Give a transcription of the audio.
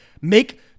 make